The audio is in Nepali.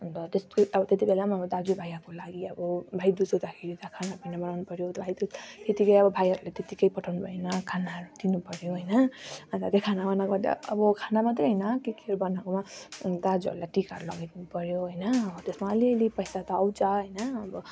अन्त त्यसको त्यति बेला अब दाजु भाइहरूको लागि अब भाइदुज हुँदाखेरि ता खानापिना बनाउनु पर्यो त्यतिखेर अब भाइहरूलाई त्यतिकै पठाउनु भएन खानाहरू दिनु पर्यो होइन अन्त त्यो खाना वाना गर्दा अब खाना मात्रै होइन के केहरू बनाएकोमा अनि दाजुहरूलाई टिका लगाइदिनु पर्यो होइन हो त्यसमा अलि अलि पैसा त आउँछ होइन अब